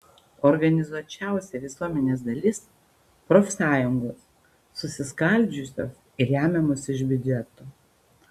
organizuočiausia visuomenės dalis profsąjungos susiskaldžiusios ir remiamos iš biudžeto